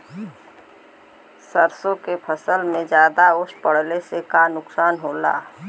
सरसों के फसल मे ज्यादा ओस पड़ले से का नुकसान होला?